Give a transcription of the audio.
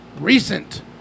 Recent